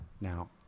Now